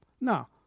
Now